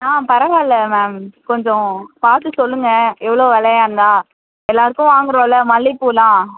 ஆ பரவாயில்ல மேம் கொஞ்சம் பார்த்து சொல்லுங்கள் எவ்வளோ விலையா இருந்தால் எல்லாருக்கும் வாங்குறோம்ல்ல மல்லிகைப்பூல்லாம்